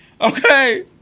Okay